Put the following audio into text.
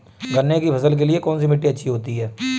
गन्ने की फसल के लिए कौनसी मिट्टी अच्छी होती है?